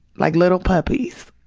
like little puppies.